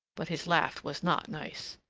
but his laugh was not nice.